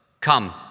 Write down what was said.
Come